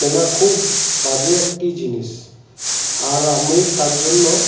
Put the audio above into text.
কেনা খুব বাজে একটি জিনিস আর আমি তার জন্য